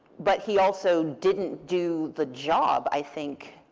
but he also didn't do the job, i think,